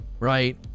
Right